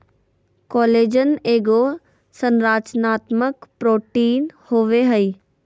collagen एगो संरचनात्मक protein होबैय हइ